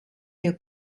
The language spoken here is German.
der